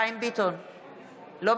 אינו